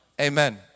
Amen